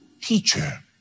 teacher